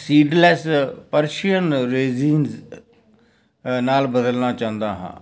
seedless Persian raisins ਨਾਲ ਬਦਲਣਾ ਚਾਹੁੰਦਾ ਹਾਂ